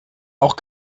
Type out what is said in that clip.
auch